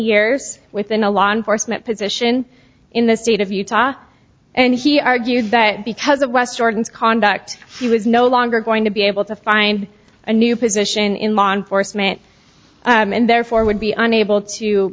years within a law enforcement position in the state of utah and he argued that because of west jordan conduct he was no longer going to be able to find a new position in law enforcement and therefore would be unable to